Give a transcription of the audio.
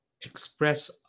express